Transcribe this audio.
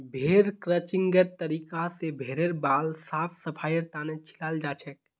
भेड़ क्रचिंगेर तरीका स भेड़ेर बाल साफ सफाईर तने छिलाल जाछेक